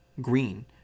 Green